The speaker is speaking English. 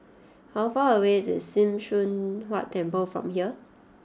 how far away is Sim Choon Huat Temple from here